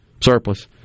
surplus